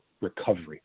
recovery